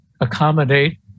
accommodate